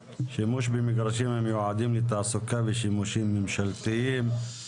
מתחילים דיון שני,